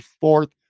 fourth